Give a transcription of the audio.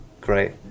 great